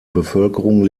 bevölkerung